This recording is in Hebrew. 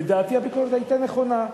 לדעתי הביקורת היתה נכונה,